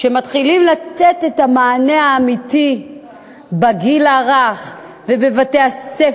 כשמתחילים לתת את המענה האמיתי בגיל הרך ובבתי-הספר,